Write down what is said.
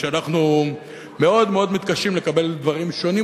שאנחנו מאוד מתקשים לקבל דברים שונים,